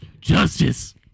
Justice